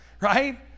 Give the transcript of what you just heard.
right